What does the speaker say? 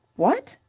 what!